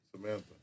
Samantha